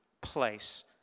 place